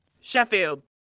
Sheffield